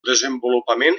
desenvolupament